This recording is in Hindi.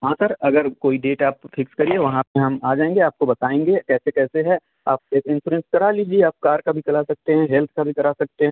हाँ सर अगर कोई डेट आप फिक्स करिए वहाँ पर हम आ जाएँगे आपको बताएँगे कैसे कैसे है आप एक इंसोरेंस करा लीजिए आप कार का भी करा सकते हैं हेल्थ का भी करा सकते हैं